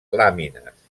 làmines